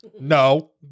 no